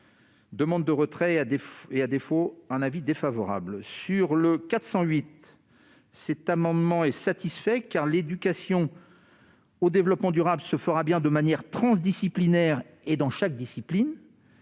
Demande de retrait et, à défaut, avis défavorable. L'amendement n° 408 est satisfait, car l'éducation au développement durable se fera bien de manière transdisciplinaire et dans chaque discipline.